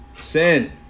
Sin